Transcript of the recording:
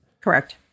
Correct